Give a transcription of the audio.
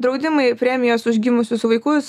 draudimai premijos už gimusius vaikus